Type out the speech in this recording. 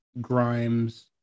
Grimes